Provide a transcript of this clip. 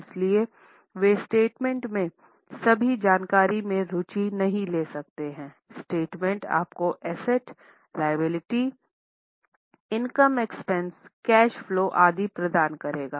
इसलिए वे स्टेटमेंट में सभी जानकारी में रुचि नहीं ले सकते हैं स्टेटमेंट आपको asset liability income expenses cash flow आदि प्रदान करेगा